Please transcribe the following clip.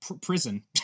prison